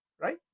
right